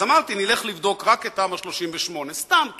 אמרתי: נלך לבדוק רק את תמ"א 38, סתם כדוגמה,